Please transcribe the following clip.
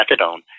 Methadone